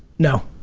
no,